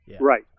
Right